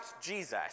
Jesus